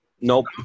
Nope